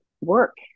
work